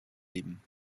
leben